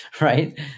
Right